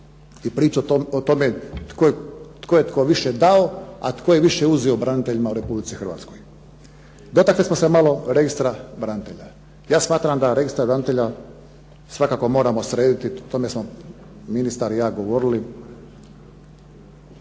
i priču o tome tko je tko više dao, a tko je više uzeo braniteljima u Republici Hrvatskoj. Dotakli smo se malo Registra branitelja. Ja smatram da Registar branitelja svakako moramo srediti. O tome smo ministar i ja govorili,